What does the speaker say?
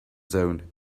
zone